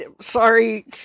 sorry